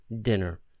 dinner